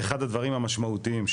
אחד הדברים המשמעותיים,